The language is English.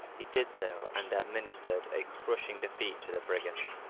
he did so, and administered a crushing defeat to the brigands.